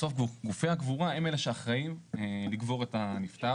בסוף, גופי הקבורה הם אלה שאחראים לקבור את הנפטר.